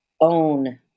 own